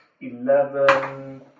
eleven